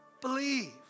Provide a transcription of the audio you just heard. believe